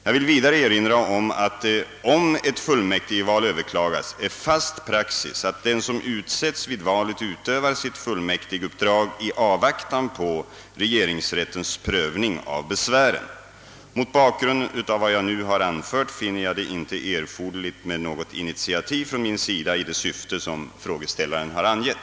Jag vill vidare erinra om att det — om ett fullmäktigval överklagas — är fast praxis att den som utsetts vid valet utövar sitt fullmäktiguppdrag i avvaktan på regeringsrättens prövning av besvären. Mot bakgrund av vad jag nu har anfört finner jag det inte erforderligt med något initiativ från min sida i det syfte som frågeställaren har angett.